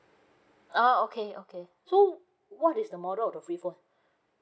uh okay okay so what is the model of the free phone